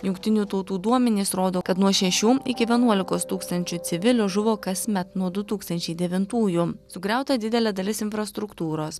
jungtinių tautų duomenys rodo kad nuo šešių iki vienuolikos tūkstančių civilių žuvo kasmet nuo du tūkstančiai devintųjų sugriauta didelė dalis infrastruktūros